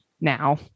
now